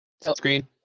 screen